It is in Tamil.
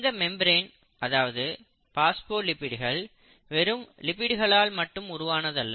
இந்த மெம்பிரேன் அதாவது பாஸ்போலிப்பிடுகள் வெறும் லிப்பிடுகளால் மட்டும் உருவானதல்ல